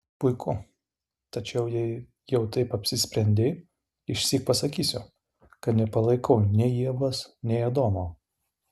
puiku tačiau jei jau taip apsisprendei išsyk pasakysiu kad nepalaikau nei ievos nei adomo